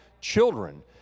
children